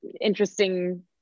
interesting